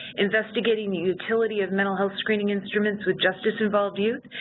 investigating the utility of mental health screening instruments with justice-involved youth,